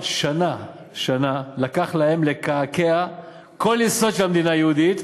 שנה לקח להם לקעקע כל יסוד של המדינה היהודית,